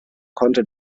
konnte